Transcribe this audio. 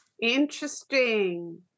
interesting